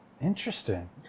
Interesting